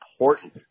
important